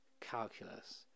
calculus